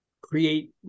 create